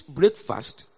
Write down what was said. breakfast